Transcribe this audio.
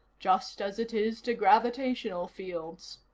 just as it is to gravitational fields.